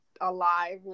alive